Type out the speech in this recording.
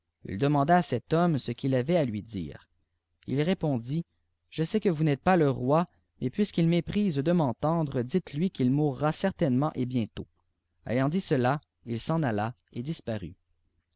it demantia à cet homme ce qu'il avait à lui dire il répondit je sais que vous n'ètes pas le roi mais puisqu'il méprise de m'éntendre dites-lui qu'il mourra certainement et bientôt ayant dit cela il s'en alku et disparut